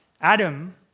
Adam